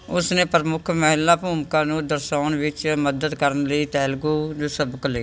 ਉਸ ਨੇ ਪ੍ਰਮੁੱਖ ਮਹਿਲਾ ਭੂਮਿਕਾ ਨੂੰ ਦਰਸਾਉਣ ਵਿੱਚ ਮਦਦ ਕਰਨ ਲਈ ਤੇਲਗੂ ਨ ਸਬਕ ਲਏ